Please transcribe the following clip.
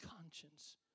conscience